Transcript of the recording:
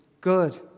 good